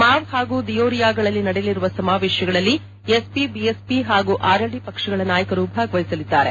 ಮಾವ್ ಹಾಗೂ ದಿಯೋರಿಯಗಳಲ್ಲಿ ನಡೆಯಲಿರುವ ಸಮಾವೇಶಗಳಲ್ಲಿ ಎಸ್ಪಿ ಬಿಎಸ್ಪಿ ಹಾಗೂ ಆರ್ಎಲ್ಡಿ ಪಕ್ಷಗಳ ನಾಯಕರು ಭಾಗವಹಿಸಲಿದ್ದಾರೆ